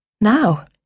Now